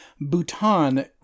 Bhutan